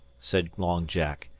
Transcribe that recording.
said long jack.